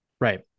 Right